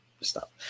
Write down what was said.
stop